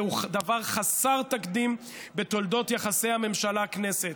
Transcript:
זהו דבר חסר תקדים בתולדות יחסי הממשלה כנסת.